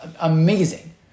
amazing